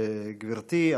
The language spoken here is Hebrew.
גברתי.